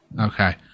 Okay